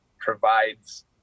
provides